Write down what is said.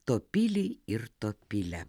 topylį ir topilę